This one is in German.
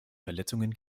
verletzungen